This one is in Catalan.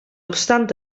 obstant